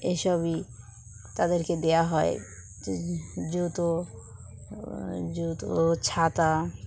এসবই তাদেরকে দেওয়া হয় জুতো জুতো ছাতা